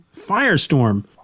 Firestorm